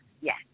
Yes